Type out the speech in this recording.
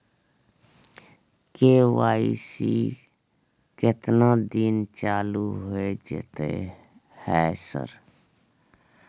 KYC केतना दिन चालू होय जेतै है सर?